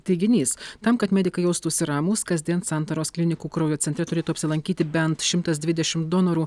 teiginys tam kad medikai jaustųsi ramūs kasdien santaros klinikų kraujo centre turėtų apsilankyti bent šimtas dvidešim donorų